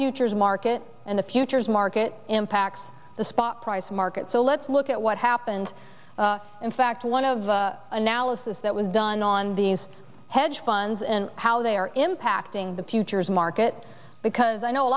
futures market and the futures market impacts the spot price market so let's look at what happened in fact one of the analysis that was done on these hedge funds and how they are impacting the futures market because i know a